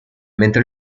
mentre